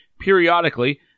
periodically